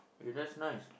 that's nice